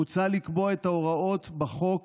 מוצע לקבוע את ההוראות בחוק